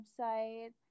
website